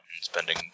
spending